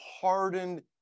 hardened